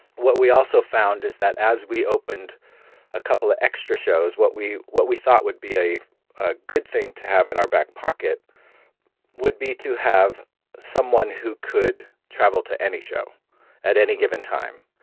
what we also found is that as we opened a couple of extra shows, what we what we thought would be a a good thing to have in our back pocket would be to have someone who could travel to any show at any given time.